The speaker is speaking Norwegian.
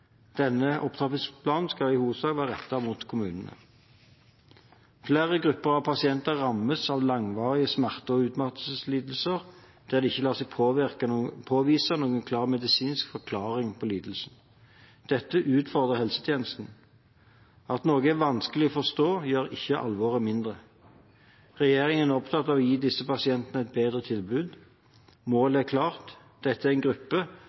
Denne opptrappingsplanen skal i hovedsak være rettet mot kommunene. Flere grupper av pasienter rammes av langvarige smerte- og utmattelseslidelser der det ikke lar seg påvise noen klar medisinsk forklaring på lidelsene. Dette utfordrer helsetjenesten. At noe er vanskelig å forstå, gjør ikke alvoret mindre. Regjeringen er opptatt av å gi disse pasientene et bedre tilbud. Målet er klart: Dette er en gruppe